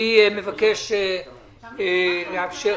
אני מבקש לומר לך.